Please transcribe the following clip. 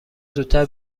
زودتر